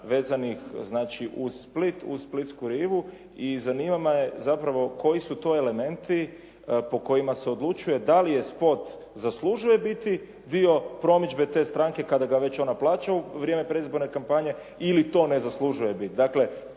Split, uz splitsku rivu i zanima me zapravo koji su to elementi po kojima se odlučuje da li spot zaslužuje biti dio promidžbe te stranke kada ga već ona plaća u vrijeme predizborne kampanje, ili to ne zaslužuje biti.